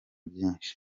byinshi